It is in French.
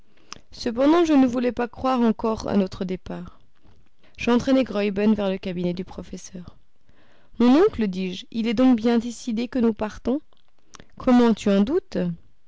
cependant je ne voulais pas croire encore à notre départ j'entraînai graüben vers le cabinet du professeur mon oncle dis-je il est donc bien décidé que nous partons comment tu en doutes